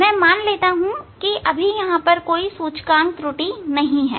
मैं मान लेता हूं कि यहां कोई सूचकांक त्रुटि नहीं है